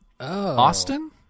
Austin